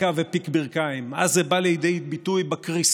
אדוני היושב-ראש,